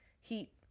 heat